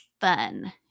fun